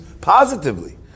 positively